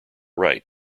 right